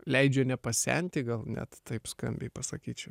leidžia nepasenti gal net taip skambiai pasakyčiau